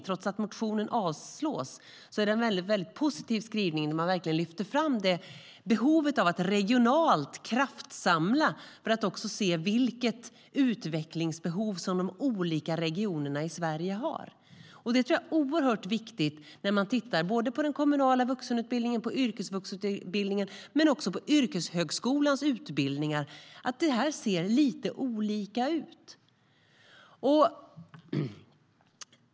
Trots att motionen föreslås avslås är det en positiv skrivning där man verkligen lyfter fram behovet av att regionalt kraftsamla för att se vilket utvecklingsbehov de olika regionerna i Sverige har. Detta tror jag är oerhört viktigt när man tittar på såväl den kommunala vuxenutbildningen och yrkesvuxutbildningen som yrkeshögskolans utbildningar. Det här ser lite olika ut.